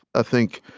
ah think